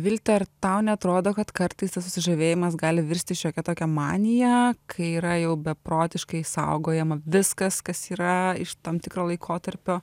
vilte ar tau neatrodo kad kartais tas susižavėjimas gali virsti šiokia tokia manija kai yra jau beprotiškai saugojama viskas kas yra iš tam tikro laikotarpio